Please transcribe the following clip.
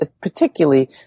particularly